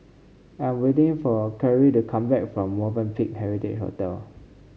I'm waiting for Karie to come back from Movenpick Heritage Hotel